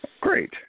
Great